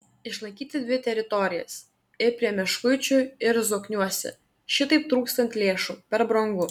išlaikyti dvi teritorijas ir prie meškuičių ir zokniuose šitaip trūkstant lėšų per brangu